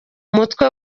umutwe